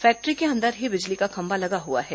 factory के अंदर ही बिजली का खम्भा लगा हुआ है